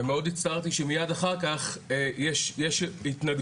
ומאוד הצטערתי שמיד אחר כך יש התנגדויות.